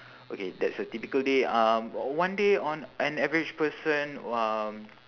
okay that's a typical day um one day on an average person um